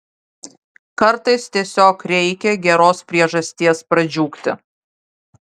kartais tiesiog reikia geros priežasties pradžiugti